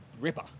ripper